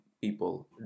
people